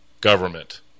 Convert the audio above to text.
government